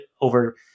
over